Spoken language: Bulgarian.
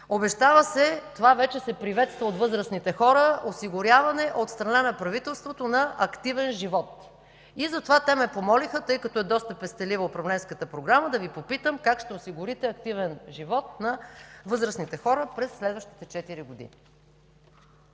Обещава се – това вече се приветства от възрастните хора – осигуряване от страна на правителството на активен живот. И затова те ме помолиха, тъй като е доста пестелива управленската програма, да Ви попитам: как ще осигурите активен живот на възрастните хора през следващите четири